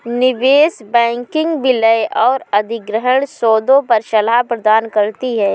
निवेश बैंकिंग विलय और अधिग्रहण सौदों पर सलाह प्रदान करती है